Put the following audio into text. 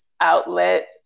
outlet